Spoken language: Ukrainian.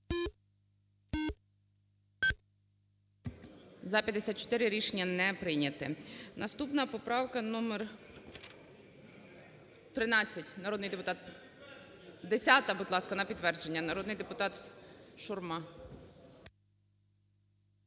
За-54 Рішення не прийнято. Наступна поправка номер 13, народний депутат… 10-а, будь ласка, на підтвердження, народний депутат Шурма.